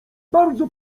bardzo